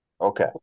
Okay